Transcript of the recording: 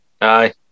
Aye